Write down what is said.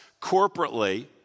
corporately